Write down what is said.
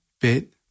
bit